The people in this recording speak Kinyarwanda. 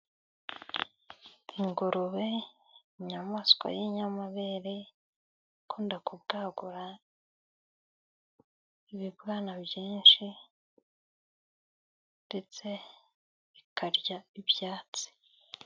Ingurube inyamaswa y'inyamabere, ikunda kubwagura ibibwana byinshi ndetse bikarya ibyatsi.